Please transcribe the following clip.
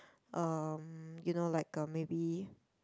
um you know like um maybe